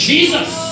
Jesus